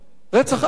רצח עם.